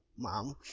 mom